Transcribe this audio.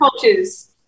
cultures